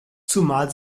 zumal